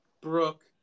Brooke